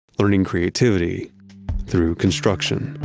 learning creativity through construction